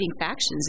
factions